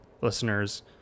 listeners